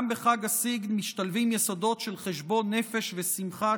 גם בחג הסגד משתלבים יסודות של חשבון נפש ושמחה,